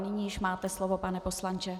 Nyní již máte slovo, pane poslanče.